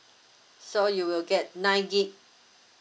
so you will get nine gig